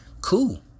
Cool